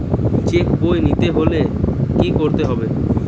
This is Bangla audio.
চেক বই নিতে হলে কি করতে হবে?